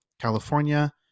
California